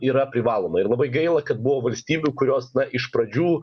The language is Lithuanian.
yra privaloma ir labai gaila kad buvo valstybių kurios na iš pradžių